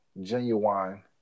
Genuine